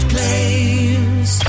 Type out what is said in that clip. Claims